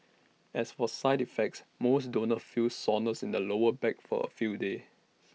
as for side effects most donors feel soreness in the lower back for A few days